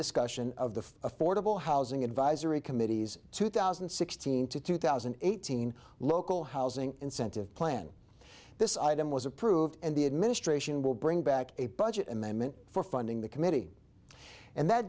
discussion of the affordable housing advisory committees two thousand and sixteen to two thousand and eighteen local housing incentive plan this item was approved and the administration will bring back a budget amendment for funding the committee and that